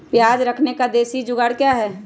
प्याज रखने का देसी जुगाड़ क्या है?